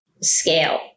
scale